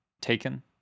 taken